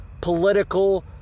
political